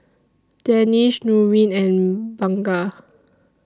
Danish Nurin and Bunga